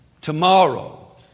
Tomorrow